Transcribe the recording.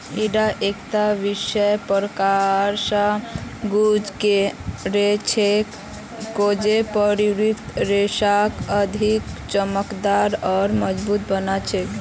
ईटा एकता विशेष प्रक्रिया स गुज र छेक जेको प्राकृतिक रेशाक अधिक चमकदार आर मजबूत बना छेक